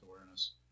awareness